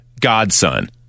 godson